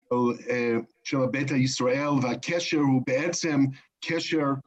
של בית ישראל והקשר הוא בעצם קשר